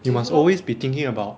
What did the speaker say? you must always be thinking about